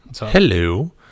Hello